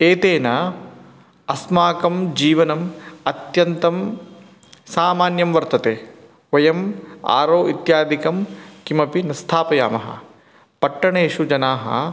एतेन अस्माकं जीवनम् अत्यन्तं सामान्यं वर्तते वयम् आरो इत्यादिकं किमपि न स्थापयामः पट्टणेषु जनाः